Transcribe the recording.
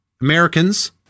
Americans